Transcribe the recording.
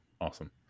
Awesome